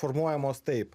formuojamos taip